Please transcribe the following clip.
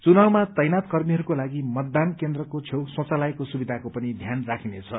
चुनावमा तैनाथ कर्मीहरूको लागि मतदान केन्द्रको छेउ शौचालयको सुविधाको पनि ध्यान राखिनेछ